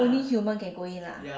only human can go in lah